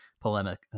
polemic